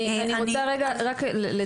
אני רוצה לדייק.